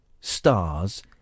Stars